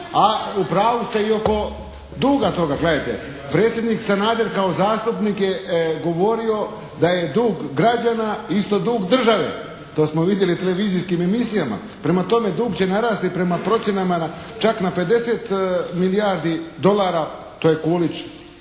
A u pravu ste i oko duga toga. Gledajte, predsjednik Sanader kao zastupnik je govorio da je dug građana isto dug države, to smo vidjeli na televizijskim emisijama. Prema tome dug će narasti prema procjenama čak na 50 milijardi dolara to je Kulić